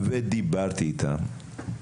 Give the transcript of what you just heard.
ודיברתי איתם,